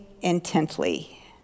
intently